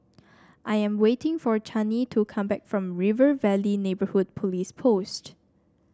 I am waiting for Channie to come back from River Valley Neighbourhood Police Post